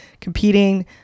Competing